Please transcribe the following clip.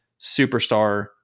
superstar